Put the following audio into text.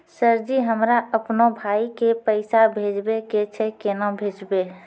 Sir ji हमरा अपनो भाई के पैसा भेजबे के छै, केना भेजबे?